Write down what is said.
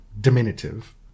diminutive